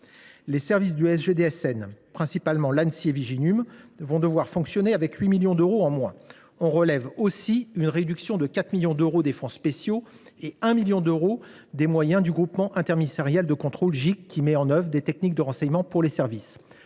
nationale (SGDSN), principalement l’Anssi et Viginum, vont devoir fonctionner avec 8 millions d’euros en moins. Je relève aussi une réduction de 4 millions d’euros des fonds spéciaux et de 1 million d’euros des moyens du groupement interministériel de contrôle (GIC), qui met en œuvre des techniques de renseignement pour les services.